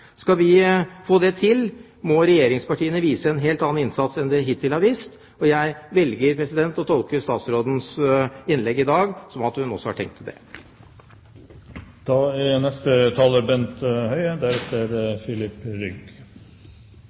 Skal vi få til det, må regjeringspartiene vise en helt annen innsats enn de hittil har vist. Og jeg velger å tolke statsrådens innlegg i dag som at hun har tenkt